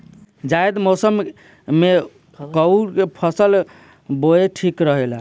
जायद मौसम में कउन फसल बोअल ठीक रहेला?